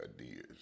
ideas